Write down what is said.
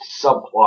subplot